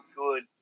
good